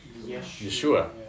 Yeshua